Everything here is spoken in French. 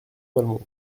malmont